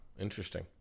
Interesting